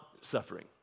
suffering